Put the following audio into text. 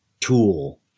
tool